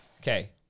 Okay